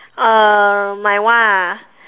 uh my one ah